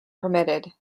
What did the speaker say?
permitted